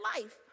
life